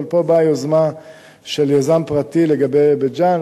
אבל פה באה יוזמה של יזם פרטי לגבי בית-ג'ן,